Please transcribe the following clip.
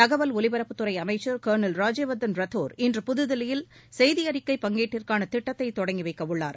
தகவல் ஒலிபரப்புத்துறை அமைச்சர் கர்னல் ராஜ்யவர்தன் ரத்தோர் இன்று புதுதில்லியில் செய்தியறிக்கை பங்கீட்டிற்கான திட்டத்தை தொடங்கி வைக்க உள்ளார்